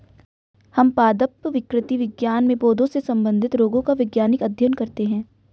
हम पादप विकृति विज्ञान में पौधों से संबंधित रोगों का वैज्ञानिक अध्ययन करते हैं